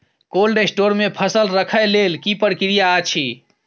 Cold store मे फसल रखय लेल की प्रक्रिया अछि?